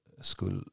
school